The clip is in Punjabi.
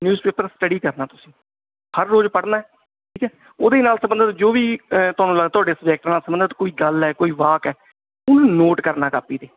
ਨਿਊਜ਼ ਪੇਪਰ ਸਟੱਡੀ ਕਰਨਾ ਤੁਸੀਂ ਹਰ ਰੋਜ਼ ਪੜ੍ਹਨਾ ਠੀਕ ਹੈ ਉਹਦੇ ਨਾਲ ਸਬੰਧਿਤ ਜੋ ਵੀ ਅ ਤੁਹਾਨੂੰ ਲੱਗਦਾ ਤੁਹਾਡੇ ਸਬਜੈਕਟ ਨਾਲ ਸੰਬੰਧਿਤ ਕੋਈ ਗੱਲ ਹੈ ਕੋਈ ਵਾਕ ਹੈ ਉਹਨੂੰ ਨੋਟ ਕਰਨਾ ਕਾਪੀ 'ਤੇ